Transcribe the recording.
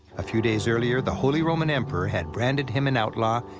a few days earlier, the holy roman emperor had branded him an outlaw,